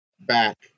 back